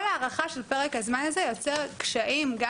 כל הארכה של פרק הזמן הזה יוצר קשיים גם